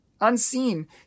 unseen